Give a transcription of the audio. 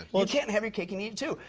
you can't have your cake and eat it too.